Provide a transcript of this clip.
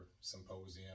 symposium